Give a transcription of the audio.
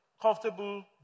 comfortable